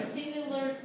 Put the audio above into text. similar